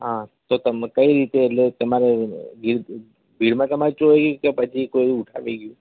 હં તો તમે કઈ રીતે એટલે તમારે ભીડ ભીડમાં તમારે ચોરાઈ ગયું કે પછી કોઈ ઉઠાવી ગયું